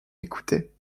écoutait